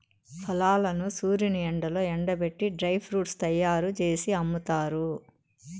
ఫలాలను సూర్యుని ఎండలో ఎండబెట్టి డ్రై ఫ్రూట్స్ తయ్యారు జేసి అమ్ముతారు